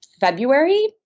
February